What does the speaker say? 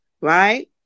right